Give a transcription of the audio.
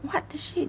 what the shit